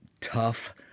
tough